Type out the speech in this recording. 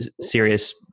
serious